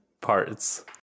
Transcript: parts